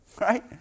Right